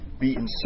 beaten